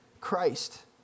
Christ